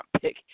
pick